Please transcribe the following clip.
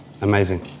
amazing